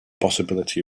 possibility